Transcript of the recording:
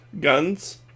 Guns